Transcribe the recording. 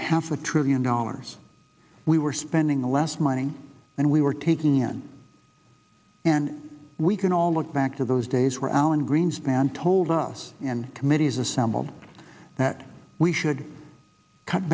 half a trillion dollars we were spending less money and we were taking in and we can all look back to those days were alan greenspan told us and committees assembled that we should cut